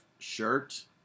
shirt